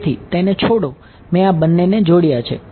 તેથી તેને છોડો મેં આ બંનેને જોડ્યા છે